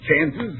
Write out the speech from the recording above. chances